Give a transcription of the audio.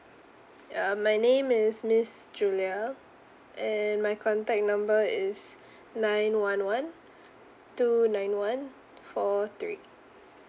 ya my name is miss julia and my contact number is nine one one two nine one four three